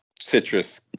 citrus